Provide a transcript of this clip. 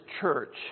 church